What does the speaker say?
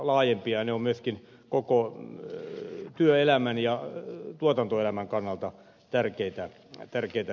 ne ovat myöskin koko työelämän ja tuotantoelämän kannalta tärkeitä juttuja